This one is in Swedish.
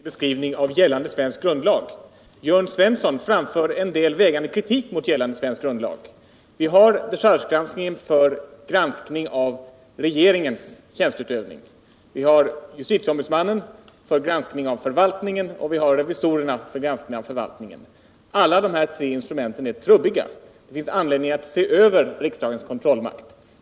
Herr talman! Bertil Fiskesjö gav här en fullständigt riktig beskrivning av gällande svensk grundlag. Jörn Svensson framförde däremot en delvis befogad kritik mot gällande svensk grundlag. Vi har dechargegranskningen för granskning av regeringens tjänsteutövning, och vi har justitieombudsmannen och revisorerna för granskning av förvaltningen. Alla dessa tre instrument är trubbiga, och det finns, som jag sade i mitt huvudanförande, anledning att se över riksdagens kontrollmakt.